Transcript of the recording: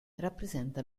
rappresenta